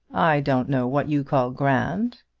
i don't know what you call grand.